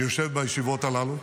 אני יושב בישיבות הללו.